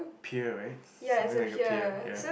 peer right something like a peer ya